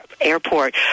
Airport